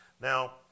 Now